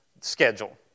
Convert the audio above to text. schedule